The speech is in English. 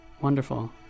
Wonderful